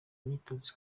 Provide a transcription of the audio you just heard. imyitozo